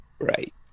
Right